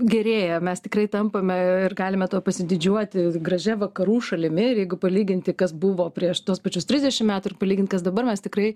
gerėja mes tikrai tampame ir galime tuo pasididžiuoti gražia vakarų šalimi ir jeigu palyginti kas buvo prieš tuos pačius trisdešim metų ir palyginti kas dabar mes tikrai